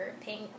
pink